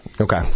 Okay